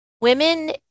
women